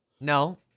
no